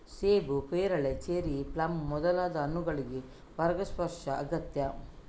ಸೇಬು, ಪೇರಳೆ, cherry, plum ಮೊದಲಾದ ಹಣ್ಣುಗಳಿಗೆ ಪರಾಗಸ್ಪರ್ಶ ಅಗತ್ಯ